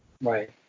Right